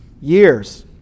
years